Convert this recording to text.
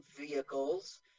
vehicles